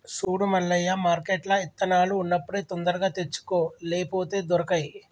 సూడు మల్లయ్య మార్కెట్ల ఇత్తనాలు ఉన్నప్పుడే తొందరగా తెచ్చుకో లేపోతే దొరకై